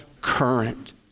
current